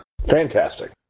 Fantastic